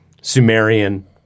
Sumerian